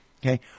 Okay